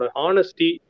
honesty